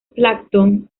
plancton